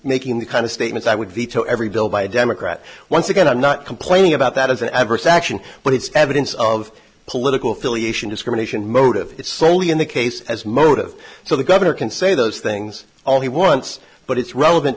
making the kind of statement that would veto every bill by a democrat once again i'm not complaining about that as an adverse action but it's evidence of political affiliation discrimination motive is solely in the case as motive so the governor can say those things only once but it's relevant